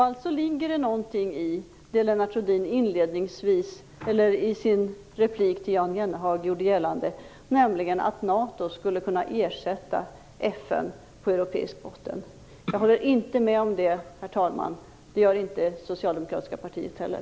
Alltså ligger det någonting i det Lennart Rohdin i sin replik till Jan Jennehag gjorde gällande, nämligen att NATO skulle kunna ersätta FN på europeisk grund. Jag håller inte med om det, herr talman. Det gör inte det socialdemokratiska partiet heller.